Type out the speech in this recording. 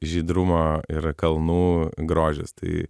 žydrumo ir kalnų grožis tai